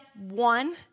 one